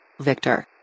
Victor